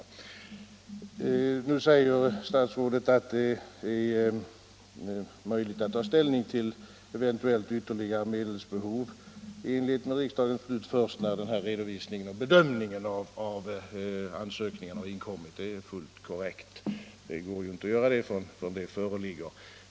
Statsrådet säger att det i enlighet med riksdagens bud är möjligt att ta ställning till ett eventuellt ytterligare medelsbehov först när redovisningen och bedömningen av ansökningarna har inkommit. Det är fullt korrekt att det inte går att göra något innan dess.